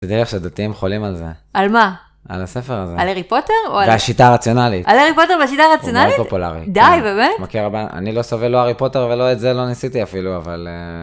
תדעי לך שדתיים חולים על זה, על מה? על הספר הזה, על הארי פוטר או על? והשיטה הרציונלית, על הארי פוטר והשיטה הרציונלית? זה מאד פופולארי, די באמת?!, מכיר הרבה, אני לא סובל לא הארי פוטר ולא את זה, לא ניסיתי אפילו אבל...